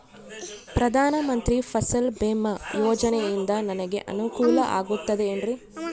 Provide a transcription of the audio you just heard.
ಪ್ರಧಾನ ಮಂತ್ರಿ ಫಸಲ್ ಭೇಮಾ ಯೋಜನೆಯಿಂದ ನನಗೆ ಅನುಕೂಲ ಆಗುತ್ತದೆ ಎನ್ರಿ?